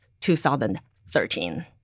2013